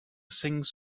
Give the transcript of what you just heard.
sings